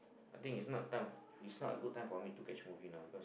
I think it's not time it's not a good time for me to catch movie now because